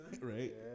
right